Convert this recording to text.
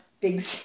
big